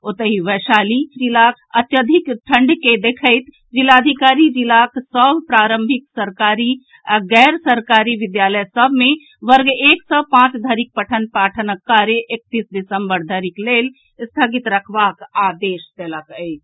ओतहि वैशाली जिलाक अत्यधिक ठंढ़ा के देखैत जिलाधिकारी जिलाक सभ प्रारंभिक सरकारी आ गैर सरकारी विद्यालय सभ मे वर्ग एक सँ पांच धरिक पठन पाठनक कार्य एकतीस दिसम्बर धरिक लेल स्थगित रखबाक आदेश देलक अछि